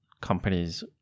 companies